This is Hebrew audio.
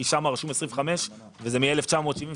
כי שם רשום 25 וזה מ-1973,